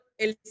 El